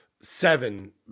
seven